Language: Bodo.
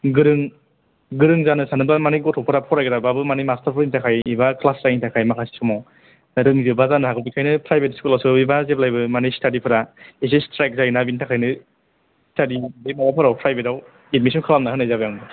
गोरों गोरों जानो सानोब्ला माने गथ'फोरा फरायग्राबाबो माने मास्टारफोरनि थाखाय माखासे समाव रोंजोबा जानो हागौ बेखायनो प्राइभेट स्कुलाव सोहैबा जेब्लायबो माने स्टादिफोरा एसे स्ट्रिक्त जायो ना बिनि थाखायनो स्टादि बे माबाफोराव प्राइभेटाव एदमिसन खालामना होनाय जाबाय आंबो